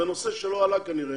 זה נושא שלא עלה כנראה